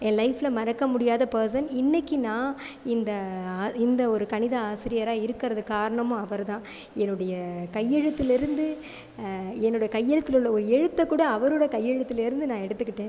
என் லைஃபில் மறக்க முடியாத பர்சன் இன்றைக்கு நான் இந்த இந்த ஒரு கணித ஆசிரியராக இருக்கிறதுக்கு காரணமும் அவர் தான் என்னுடைய கையெழுத்துலிருந்து என்னுடைய கையெழுத்தில் உள்ள ஒரு எழுத்தக்கூட அவரோட கையெழுத்துலேருந்து நான் எடுத்துக்கிட்டேன்